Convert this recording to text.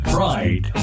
Pride